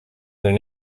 their